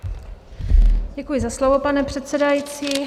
Děkuji za slovo, pane předsedající.